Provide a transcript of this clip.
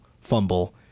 fumble